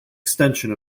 extension